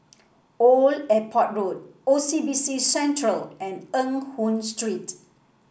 Old Airport Road O C B C Centre and Eng Hoon Street